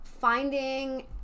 finding